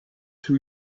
two